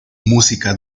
música